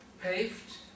paved